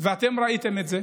ואתם ראיתם את זה,